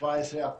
17%,